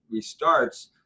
restarts